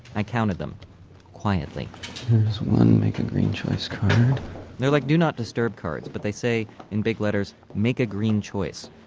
i counted them quietly there's one make a green choice card they're like do not disturb cards. but they say in big letters make a green choice.